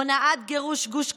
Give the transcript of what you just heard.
הונאת גירוש גוש קטיף,